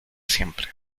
siempre